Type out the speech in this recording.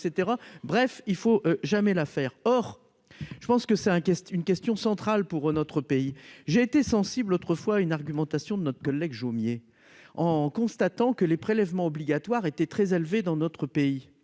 bref il faut jamais l'affaire, or je pense que c'est un question une question centrale pour notre pays, j'ai été sensible autrefois une argumentation de notre collègue Jomier en constatant que les prélèvements obligatoires étaient très élevés dans notre pays